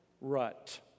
rut